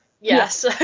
Yes